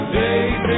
days